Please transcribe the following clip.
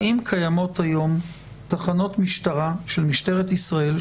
האם קיימות היום תחנות משטרה של משטרת ישראל,